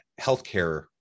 healthcare